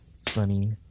sunny